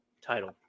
title